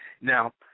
Now